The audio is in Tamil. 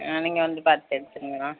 ஆ நீங்கள் வந்து பார்த்து எடுத்துக்கலாம்